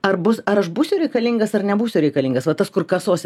ar bus ar aš būsiu reikalingas ar nebūsiu reikalingas va tas kur kasose